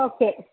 okay